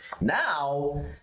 Now